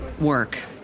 Work